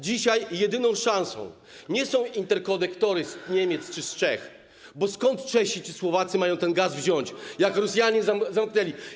Dzisiaj jedyną szansą nie są interkonektory z Niemiec czy z Czech, bo skąd Czesi czy Słowacy mają ten gaz wziąć, jeżeli Rosjanie go zakręcili?